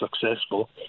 successful